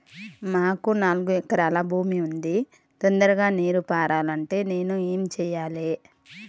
మాకు నాలుగు ఎకరాల భూమి ఉంది, తొందరగా నీరు పారాలంటే నేను ఏం చెయ్యాలే?